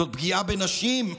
זאת פגיעה בנשים.